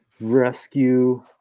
Rescue